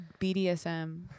BDSM